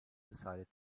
decided